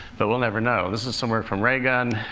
though we'll never know. this is some work from ray gun.